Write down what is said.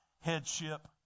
headship